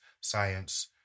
science